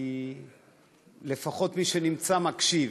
כי לפחות מי שנמצא מקשיב,